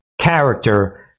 character